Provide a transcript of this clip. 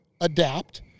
adapt